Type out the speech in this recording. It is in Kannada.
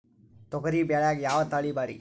ತೊಗರಿ ಬ್ಯಾಳ್ಯಾಗ ಯಾವ ತಳಿ ಭಾರಿ?